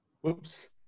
Whoops